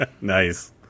Nice